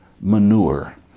manure